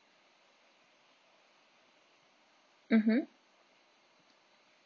mmhmm